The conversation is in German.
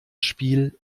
spiel